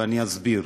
ואני אסביר.